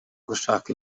gushaka